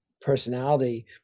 personality